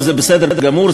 וזה בסדר גמור,